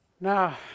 Now